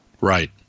right